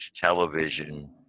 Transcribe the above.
television